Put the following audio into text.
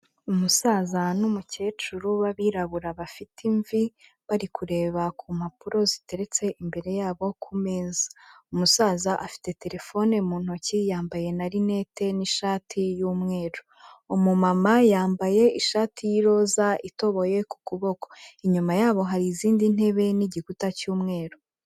Umusaza n'umukecuru b'abirabura bafite imvi, bari kureba ku mpapuro ziteretse imbere yabo ku meza, umusaza afite telefone mu ntoki yambaye na rinete n'ishati y'umweru, umumama yambaye ishati y'iroza itoboye ku kuboko, inyuma yabo hari izindi ntebe n'igikuta cy'umweru.